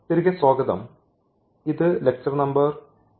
തിരികെ സ്വാഗതം ഇത് ലെക്ചർ നമ്പർ 41 ആണ്